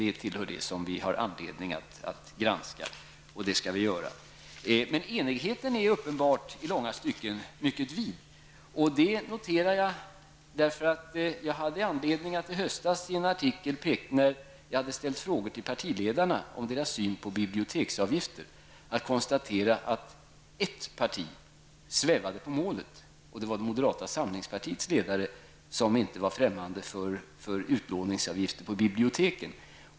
Det är något som vi har anledning att granska, vilket vi också skall göra. Enigheten är dock i långa stycken mycket bred. Jag noterar detta, eftersom jag hade anledning att i höstas i en artikel, när jag hade ställt frågor till partiledarna om deras syn på biblioteksavgifter, konstatera att ett parti svävade på målet. Moderata samlingspartiets ledare var inte främmande för avgifter på utlåning av böcker från biblioteken.